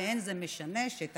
ולא משנה שאת